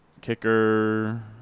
Kicker